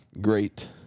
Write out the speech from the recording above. great